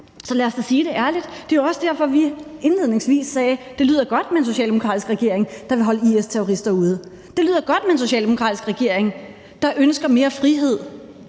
så lad os da sige det ærligt. Det er jo også derfor, at jeg indledningsvis sagde, at det lyder godt med en socialdemokratisk regering, der vil holde IS-terrorister ude; det lyder godt med en socialdemokratisk regering, der ønsker mere frihed